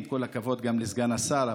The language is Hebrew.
עם כל הכבוד גם לסגן השר.